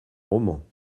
romans